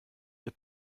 ihr